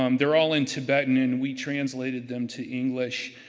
um they're all in tibetan, and we translated them to english.